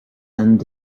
and